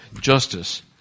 justice